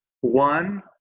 One